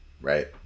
right